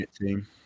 team